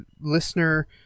listener